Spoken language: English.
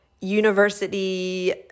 university